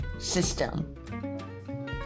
system